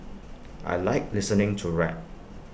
I Like listening to rap